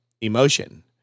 emotion